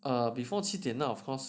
err before 七点 lah of course